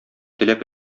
теләп